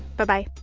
bye-bye